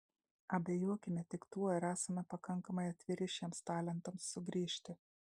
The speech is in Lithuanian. abejokime tik tuo ar esame pakankamai atviri šiems talentams sugrįžti